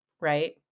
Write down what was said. Right